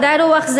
מדעי הרוח,